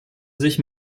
sich